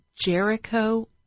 Jericho